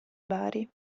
bari